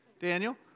Daniel